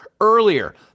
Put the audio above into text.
earlier